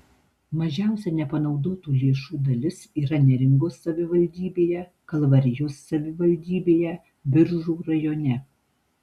mažiausia nepanaudotų lėšų dalis yra neringos savivaldybėje kalvarijos savivaldybėje biržų rajone